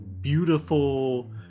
beautiful